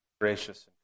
gracious